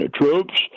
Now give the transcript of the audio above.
troops